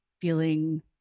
feeling